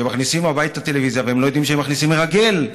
שמכניסים הביתה טלוויזיה והם לא יודעים שהם מכניסים מרגל הביתה?